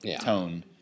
tone